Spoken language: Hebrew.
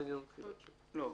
לא.